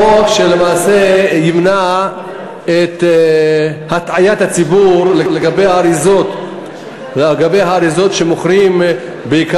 חוק שלמעשה ימנע הטעיה של הציבור לגבי האריזות שמוכרים בהן,